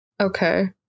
Okay